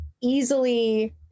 easily